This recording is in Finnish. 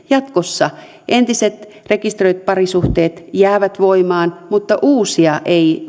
jatkossa entiset rekisteröidyt parisuhteet jäävät voimaan mutta uusia ei